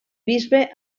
bisbe